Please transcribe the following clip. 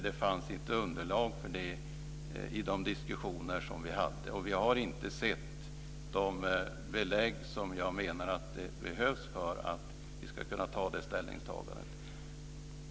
Det fanns inte underlag för det i de diskussioner som vi hade, och vi har inte sett de belägg som jag menar behövs för att vi ska kunna göra det ställningstagandet.